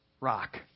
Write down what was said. rock